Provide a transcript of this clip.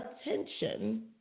attention